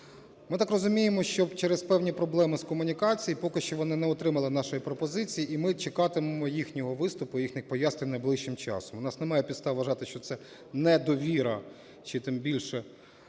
Ми так розуміємо, що через певні проблеми з комунікацією поки що вони не отримали нашої пропозиції, і ми чекатимемо їхнього виступу, їхніх пояснень найближчим часом. У нас немає підстав вважати, що це недовіра чи тим більше